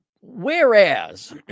whereas